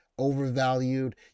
overvalued